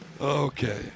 Okay